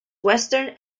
western